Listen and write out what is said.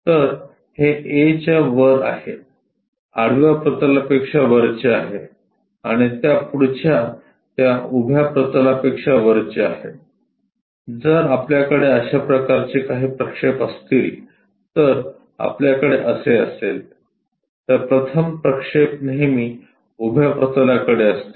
तर हे A च्या वर आहे आडव्या प्रतलापेक्षा वरचे आहे आणि त्या पुढच्या या उभ्या प्रतलापेक्षा वरचे आहे जर आपल्याकडे अश्या प्रकारचे काही प्रक्षेप असतील तर आपल्याकडे असे असेल तर प्रथम प्रक्षेप नेहमी उभ्या प्रतलाकडे असते